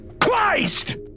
christ